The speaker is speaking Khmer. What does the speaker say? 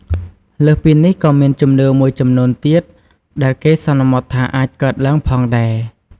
លើសពីនេះក៏មានជំនឿមួយចំនួនទៀត ដែលគេសន្មតថាអាចកើតឡើងផងដែរ។